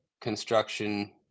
construction